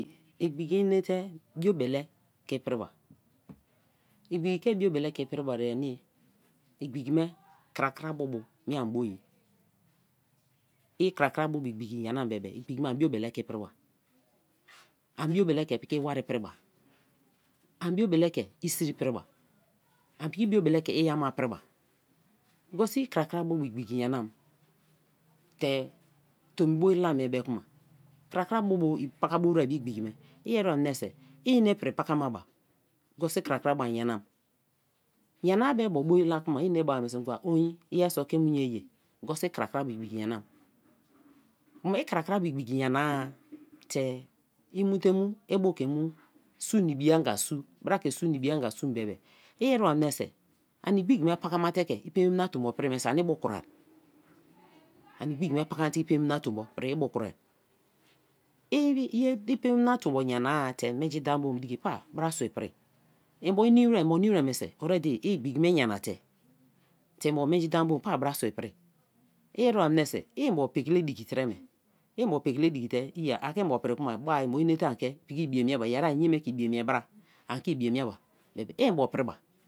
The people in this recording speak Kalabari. Igbiki inete biobele kei priba, igbiki ke biobele ke-i pri burie ani, igbiki me krakra bu bu ana bo ye, i krakra bubu igbiki nyana bebe, igbiki me ani biobele ke i priba, ani biobele ke piki iwari priba, an biobele ke i siri priba, an piki biobele ke i ama priba because i krakra me bu igbiki nyanam, te tombo i tam mie be ke ma, krakra bu bu paka bo wer be igbiki me i ere ba menise, ine pri pakama ba because i krakra bo an nyanam, nyana-a be be bo i la kma ini bai meniso, nigwa ohn i yeriso ke mu inye ye because i krakra bo igbiki nyanam; kma i krakra bo igbiki nyana-a te i mu te mu, i bu ke sun na ibi-anga nso, bra ke sun na ibi-anga suum be be i ere ba menise ani igbiki me paka ma te ke i bembe na tombo pri me so ani bu kroa; ani igbiki me paka ma te ke i bembe na tombo pri me so ani na kro; i bem bem na tombo nyana te menji idan-bo diki pa bra sua pri imbo i̎ nimi wer, mbo nimb wer meniso already igbiki me i nyana te te mbo menji dan-bo pa brasua pri, i eveba menso i mbo pe kele diki tre-me, mbo pekele diki te; i yea a ke mbo pri te ba mbo ine te an ke piki ibiye mie ba, ai inye me ke ibiye mie bra, an ke ibiye mie ba be be mbo priba.